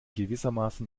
gewissermaßen